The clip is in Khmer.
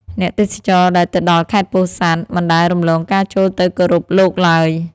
អ្នកទេសចរដែលទៅដល់ខេត្តពោធិ៍សាត់ មិនដែលរំលងការចូលទៅគោរពលោកឡើយ។